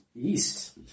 East